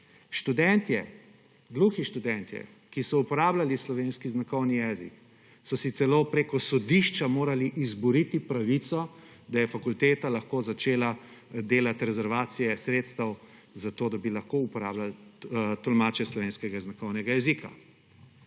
Še več, gluhi študentje, ki so uporabljali slovenski znakovni jezi, so si celo preko sodišča morali izboriti pravico, da je fakulteta lahko začela delati rezervacije sredstev za to, da bi lahko uporabljali tolmače slovenskega znakovnega jezika.